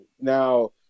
Now